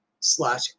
slash